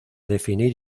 definir